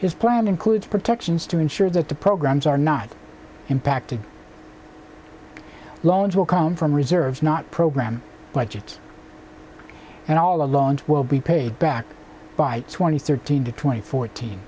his plan includes protections to ensure that the programs are not impacted loans will come from reserves not program budget and all along will be paid back by twenty thirteen to twenty fourteen